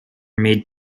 made